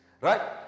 Right